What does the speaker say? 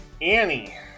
Annie